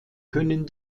können